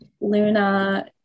Luna